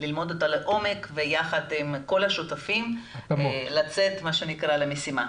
ללמוד אותה לעומק ויחד עם כל השותפים לצאת למשימה.